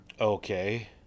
Okay